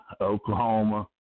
Oklahoma